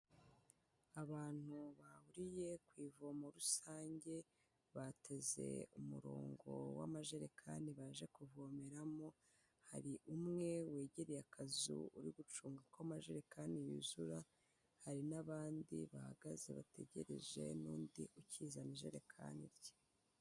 Abantu bahuriye ku ivomo rusange, bateze umurongo w'amajerekani baje kuvomeramo, hari umwe wegereye akazu uri gucunga ko amajerekani yuzura, hari n'abandi bahagaze bategereje n'undi ukizana ijerekani rye.